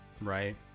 Right